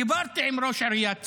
דיברתי עם ראש עיריית צפת,